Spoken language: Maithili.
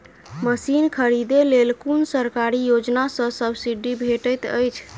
मशीन खरीदे लेल कुन सरकारी योजना सऽ सब्सिडी भेटैत अछि?